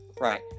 Right